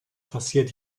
passiert